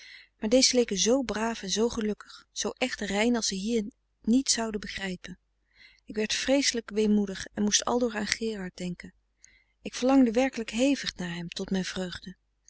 maar deze leken zoo braaf en zoo gelukkig zoo echt rein als ze hier niet zouden begrijpen ik werd vreeselijk weemoedig en moest aldoor aan gerard denken ik verlangde werkelijk hevig naar hem tot mijn vreugde